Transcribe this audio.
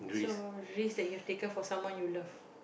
so risk that you have taken for someone you love